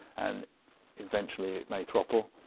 and eventually, it may throttle,